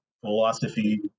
philosophy